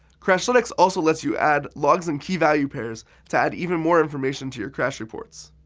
crashlytics also lets you add logs and key value pairs to add even more information to your crash reports.